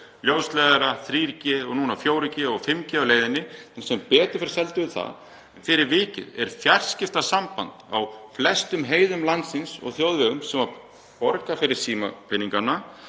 ljósleiðara, 3G og núna 4G og 5G á leiðinni. Sem betur fer seldum við það og fyrir vikið er fjarskiptasamband á flestum heiðum landsins og þjóðvegum sem var borgað fyrir með Símapeningunum